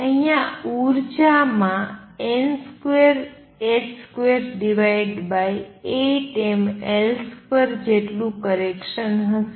અહિયાં ઉર્જા માં n2h28mL2 જેટલું કરેકસન હશે